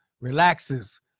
relaxes